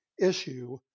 issue